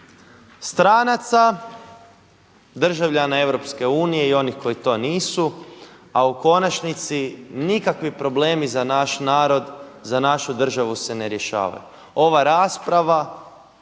stranaca, državljana EU i onih koji to nisu a u konačnici nikakvi problemi za naš narod, za našu državu se ne rješavaju. Ova rasprava